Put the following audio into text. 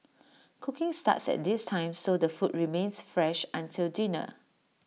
cooking starts at this time so the food remains fresh until dinner